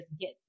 get